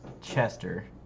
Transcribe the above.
Chester